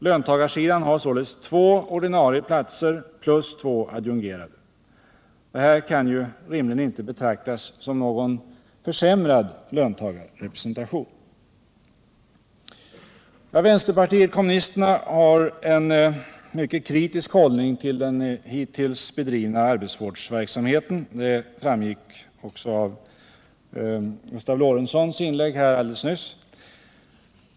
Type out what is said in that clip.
Löntagarsidan har således två ordinarie platser plus två adjungerade. Detta kan rimligen inte betraktas som någon försämrad löntagarrepresentation. Vänsterpartiet kommunisterna har en mycket kritisk hållning till den hittills bedrivna arbetsvårdsverksamheten. Det framgick också av Gustav Lorentzons inlägg alldeles nyss.